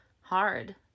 hard